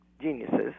geniuses